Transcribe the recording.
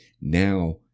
now